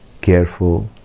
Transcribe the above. careful